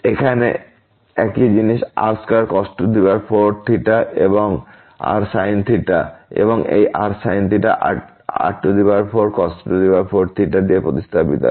এখানে একই জিনিস r2cos4 এবং এই rsin r4cos4 দিয়ে প্রতিস্থাপিত হয়